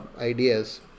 ideas